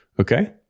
Okay